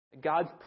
God's